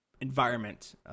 environment